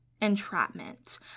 entrapment